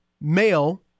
male